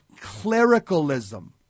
clericalism